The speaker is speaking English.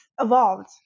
evolved